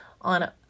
On